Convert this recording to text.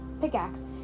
pickaxe